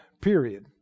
period